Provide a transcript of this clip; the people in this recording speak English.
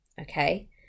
Okay